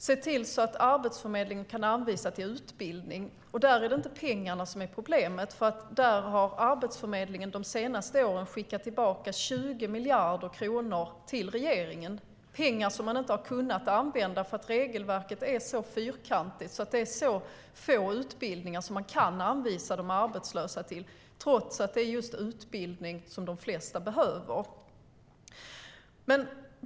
Se till att Arbetsförmedlingen kan anvisa utbildning! Det är inte pengarna som är problemet. Arbetsförmedlingen har de senaste åren skickat tillbaka 20 miljarder kronor till regeringen. Det är pengar som man inte har kunnat använda, för regelverket är så fyrkantigt att det är få utbildningar som kan anvisas de arbetslösa, trots att det är just utbildning som de flesta behöver.